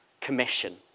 commission